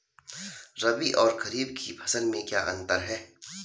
रबी और खरीफ की फसल में क्या अंतर है?